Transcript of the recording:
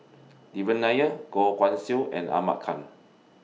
Devan Nair Goh Guan Siew and Ahmad Khan